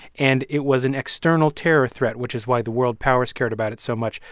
and it was an external terror threat, which is why the world powers cared about it so much,